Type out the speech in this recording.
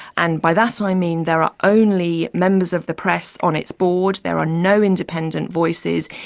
and by that so i mean there are only members of the press on its board. there are no independent voices.